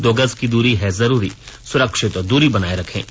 दो गज की दूरी है जरूरी सुरक्षित दूरी बनाए रखें